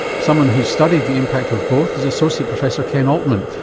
someone who's studied the impact of both is associate professor ken altman,